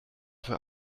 für